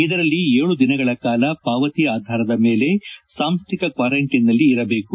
ಇದರಲ್ಲಿ ಏಳು ದಿನಗಳ ಕಾಲ ಪಾವತಿ ಆಧಾರದ ಮೇಲೆ ಸಾಂಸ್ಕಿಕ ಕ್ವಾರಂಟೈನ್ನಲ್ಲಿ ಇರಬೇಕು